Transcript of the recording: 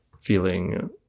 feeling